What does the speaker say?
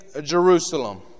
Jerusalem